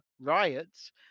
riots